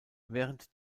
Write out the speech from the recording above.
während